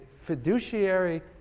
fiduciary